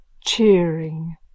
cheering